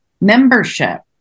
membership